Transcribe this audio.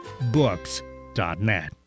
books.net